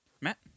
Matt